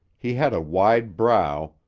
he had a wide brow,